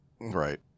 Right